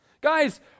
Guys